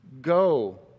go